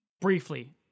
briefly